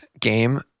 game